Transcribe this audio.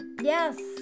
Yes